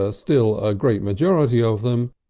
ah still a great majority of them,